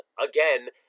again